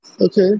Okay